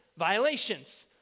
Violations